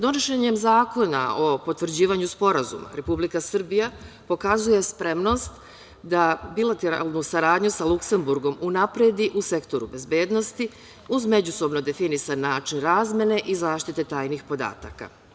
Donošenjem zakona o potvrđivanju sporazuma, Republika Srbija pokazuje spremnost da bilateralnu saradnju sa Luksenburgom unapredi u sektoru bezbednosti, uz međusobno definisan način razmene i zaštite tajnih podataka.